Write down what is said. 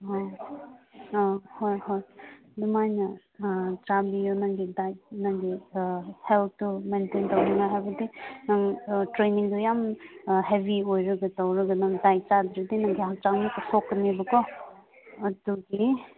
ꯍꯣꯏ ꯑꯥ ꯍꯣꯏ ꯍꯣꯏ ꯑꯗꯨꯃꯥꯏꯅ ꯑꯥ ꯆꯥꯕꯤꯌꯣ ꯅꯪꯒꯤ ꯗꯥꯏꯠ ꯅꯪꯒꯤ ꯍꯦꯜꯠꯇꯨ ꯃꯦꯟꯇꯦꯟ ꯇꯧꯅꯤꯡꯉꯥꯏ ꯍꯥꯏꯕꯗꯨ ꯅꯪ ꯇ꯭ꯔꯦꯅꯤꯡꯗꯣ ꯌꯥꯝ ꯍꯦꯕꯤ ꯑꯣꯏꯔꯒ ꯇꯧꯔꯒ ꯅꯪ ꯗꯥꯏꯠ ꯆꯥꯗ꯭ꯔꯗꯤ ꯅꯪꯒꯤ ꯍꯛꯆꯥꯡꯗ ꯁꯣꯛꯀꯅꯦꯕꯀꯣ ꯑꯗꯨꯒꯤ